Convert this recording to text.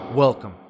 Welcome